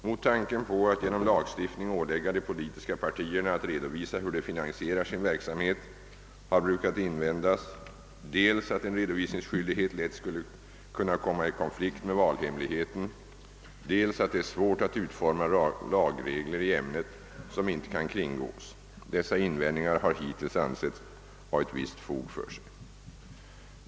Mot tanken på att genom lagstiftning ålägga de politiska partierna att redovisa hur de finansierar sin verksamhet har brukat invändas dels att en redovisningsskyldighet lätt skulle kunna komma i konflikt med valhemligheten, dels att det är svårt att utforma lagregler i ämnet som inte kan kringgås. Dessa invändningar har hittills ansetts ha visst fog för sig.